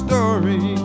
Story